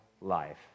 life